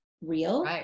real